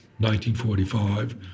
1945